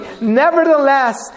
Nevertheless